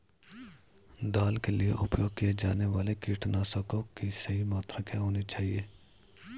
दाल के लिए उपयोग किए जाने वाले कीटनाशकों की सही मात्रा क्या होनी चाहिए?